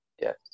yes